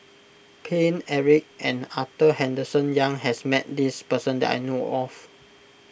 Paine Eric and Arthur Henderson Young has met this person that I know of